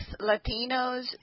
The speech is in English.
Latinos